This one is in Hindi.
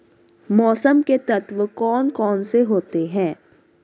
मौसम के तत्व कौन कौन से होते हैं?